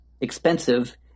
expensive